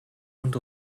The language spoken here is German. und